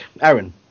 aaron